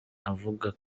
avuga